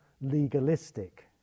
legalistic